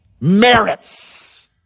merits